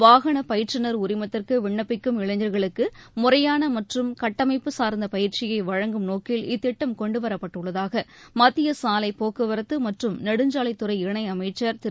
வாகனப் பயிற்றுர் உரிமத்திற்கு விண்ணப்பிக்கும் இளைஞர்களுக்கு முறையான மற்றும் கட்டமைப்பு சார்ந்த பயிற்சியை வழங்கும் நோக்கில் இத்திட்டம் கொண்டுவரப்பட்டுள்ளதாக மத்திய சாலைப் போக்குவரத்து மற்றும் நெடுஞ்சாலைத்துறை இணையமைச்சர் திரு